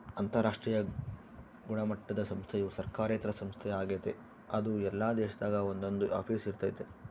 ಅಂತರಾಷ್ಟ್ರೀಯ ಗುಣಮಟ್ಟುದ ಸಂಸ್ಥೆಯು ಸರ್ಕಾರೇತರ ಸಂಸ್ಥೆ ಆಗೆತೆ ಅದು ಎಲ್ಲಾ ದೇಶದಾಗ ಒಂದೊಂದು ಆಫೀಸ್ ಇರ್ತತೆ